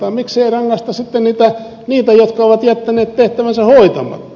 miksi ei rangaista sitten niitä jotka ovat jättäneet tehtävänsä hoitamatta